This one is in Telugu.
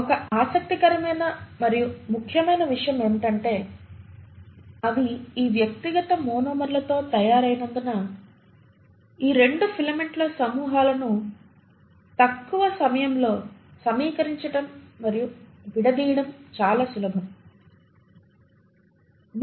ఒక ఆసక్తికరమైన మరియు ముఖ్యమైన విషయం ఏమిటంటే అవి ఈ వ్యక్తిగత మోనోమర్లతో తయారైనందున ఈ రెండు ఫిలమెంట్ల సమూహాలను తక్కువ సమయంలో సమీకరించటం మరియు విడదీయడం చాలా సులభం